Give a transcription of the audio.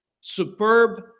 superb